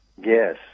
Yes